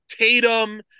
Tatum